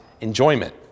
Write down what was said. enjoyment